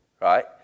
right